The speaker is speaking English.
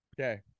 Okay